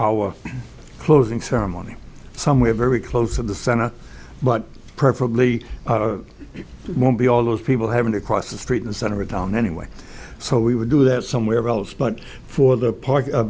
our closing ceremony somewhere very close to the center but preferably you won't be all those people having to cross the street in the center of town anyway so we would do that somewhere else but for the